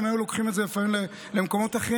הם היו לוקחים את זה לפעמים למקומות אחרים.